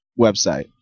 website